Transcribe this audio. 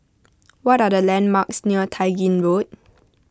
what are the landmarks near Tai Gin Road